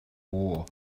war